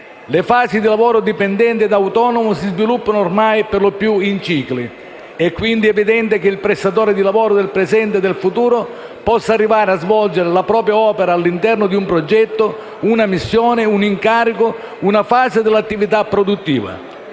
Le fasi di lavoro dipendente e autonomo si sviluppano ormai perlopiù in cicli. È quindi evidente che il prestatore di lavoro del presente e del futuro possa arrivare a svolgere la propria opera all'interno di un progetto, una missione, un incarico, una fase dell'attività produttiva.